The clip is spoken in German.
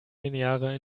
lineare